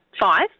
five